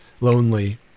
lonely